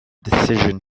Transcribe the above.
decision